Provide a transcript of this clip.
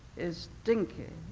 is dinky,